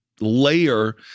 layer